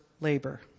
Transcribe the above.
labor